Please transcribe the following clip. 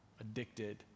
addicted